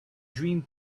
dream